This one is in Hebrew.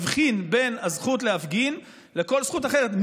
בין הזכות להפגין לכל זכות אחרת.